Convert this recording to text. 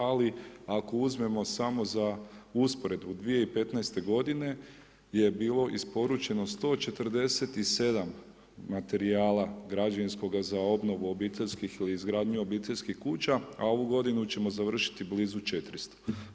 Ali ako uzmemo samo za usporedbu 2015.-te godine je bilo isporučeno 147 materijala građevinskoga za obnovu obiteljskih ili izgradnju obiteljskih kuća, a ovu godinu ćemo završiti blizu 400.